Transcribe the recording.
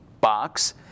box